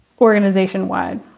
organization-wide